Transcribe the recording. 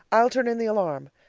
i'll turn in the alarm.